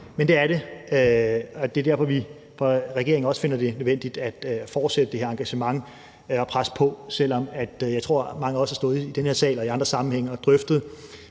hurtigt afkast, og det er derfor, vi fra regeringens side også finder det nødvendigt at fortsætte det her engagement og presse på, selv om jeg tror, at mange af os har stået i den her sal og i andre sammenhænge og drøftet